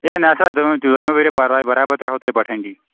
A نَسا تُہۍ مہ بٔرِو پرواے برابر ترٛاوَو تُہۍ بَٹھِنڈی